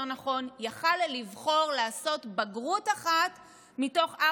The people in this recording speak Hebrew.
היה יכול לבחור לעשות בגרות אחת מתוך ארבעה מקצועות.